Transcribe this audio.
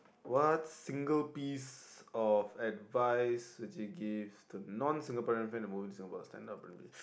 what single piece of advice would you give to non Singaporean friend who move into Singapore